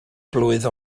blwydd